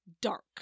dark